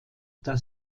das